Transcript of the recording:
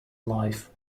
life